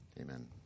Amen